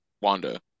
Wanda